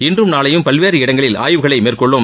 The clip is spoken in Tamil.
இன்றும் நாளையும் பல்வேறு இடங்களில் ஆய்வுகளை மேற்கொள்ளும்